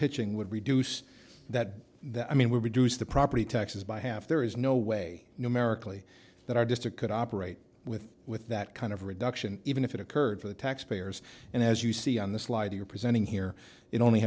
pitching would reduce that that i mean we reduce the property taxes by half there is no way no maritally that artistic could operate with with that kind of reduction even if it occurred for the taxpayers and as you see on the slide you're presenting here it only